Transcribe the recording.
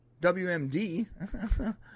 WMD